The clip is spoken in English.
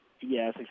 Yes